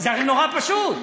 זה הרי נורא פשוט.